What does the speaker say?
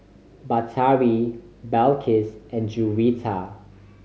Batari Balqis and Juwita